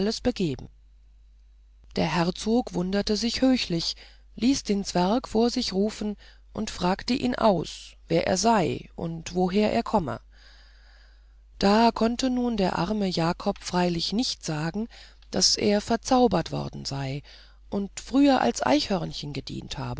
begeben der herzog verwunderte sich höchlich ließ den zwerg vor sich rufen und fragte ihn aus wer er sei und woher er komme da konnte nun der arme jakob freilich nicht sagen daß er verzaubert worden sei und früher als eichhörnchen gedient habe